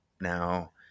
now